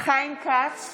חיים כץ,